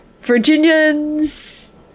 Virginians